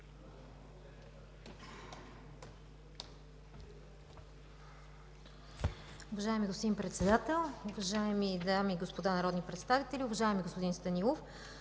Уважаеми господин Председател, уважаеми дами и господа народни представители! Уважаеми господин Владимиров,